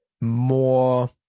more